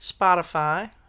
Spotify